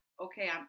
okay